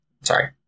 Sorry